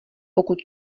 pokud